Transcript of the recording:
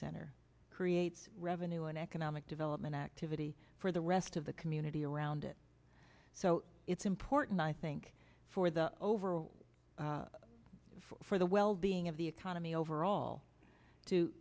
center creates revenue and economic development activity for the rest of the community around it so it's important i think for the overall for the well being of the economy overall to